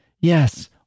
Yes